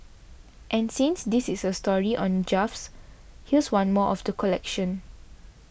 and since this is a story on gaffes here's one more of the collection